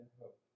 hope